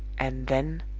and then!